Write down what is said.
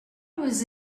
was